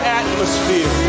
atmosphere